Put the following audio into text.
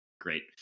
Great